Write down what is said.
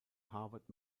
harvard